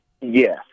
Yes